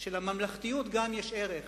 שלממלכתיות גם יש ערך,